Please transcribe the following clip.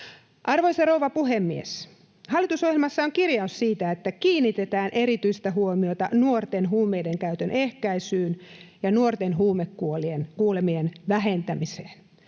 Arvoisa rouva puhemies! Hallitusohjelmassa on kirjaus siitä, että kiinnitetään erityistä huomiota nuorten huumeiden käytön ehkäisyyn ja nuorten huumekuolemien vähentämiseen.